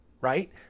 right